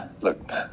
Look